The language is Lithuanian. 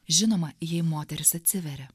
žinoma jei moteris atsiveria